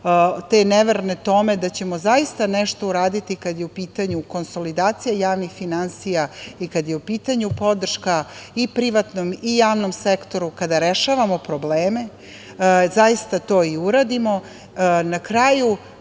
te neverne tome da ćemo zaista nešto uraditi kad je u pitanju konsolidacija javnih finansija i kad je u pitanju podrška i privatnom i javnom sektoru, kada rešavamo probleme, zaista to i uradimo. Na kraju,